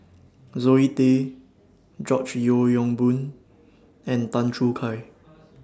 Zoe Tay George Yeo Yong Boon and Tan Choo Kai